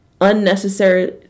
unnecessary